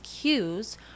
cues